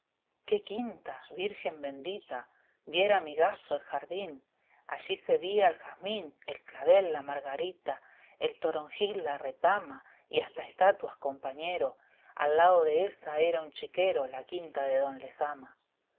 qué quinta virgen bendita viera amigaso el jardín allí se vía el jazmín el clavel la margarita el toronjil la retama y hasta estuatas compañero al lao de ésa era un chiquero la quinta de don lezama